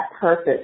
purpose